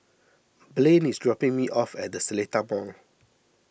Blain is dropping me off at the Seletar Mall